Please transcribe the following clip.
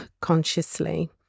consciously